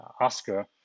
Oscar